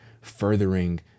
furthering